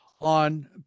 on